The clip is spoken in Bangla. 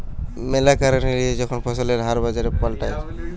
ম্যালা কারণের লিগে যখন ফসলের হার বাজারে পাল্টায়